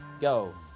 Go